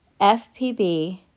FPB